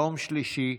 יום שלישי,